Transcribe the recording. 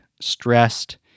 stressed